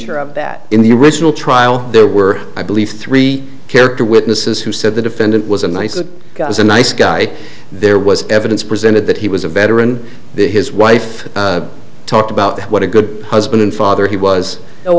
or of that in the original trial there were i believe three character witnesses who said the defendant was a nice guy was a nice guy there was evidence presented that he was a veteran the his wife talked about what a good husband and father he was